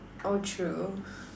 oh true